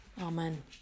Amen